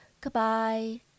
Goodbye